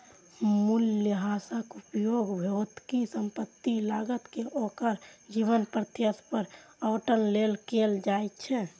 मूल्यह्रासक उपयोग भौतिक संपत्तिक लागत कें ओकर जीवन प्रत्याशा पर आवंटन लेल कैल जाइ छै